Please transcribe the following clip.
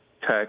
tech